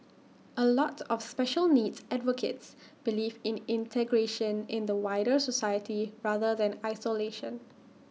A lot of special needs advocates believe in integration in the wider society rather than isolation